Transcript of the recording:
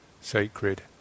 sacred